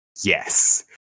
Yes